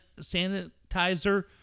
sanitizer